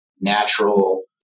natural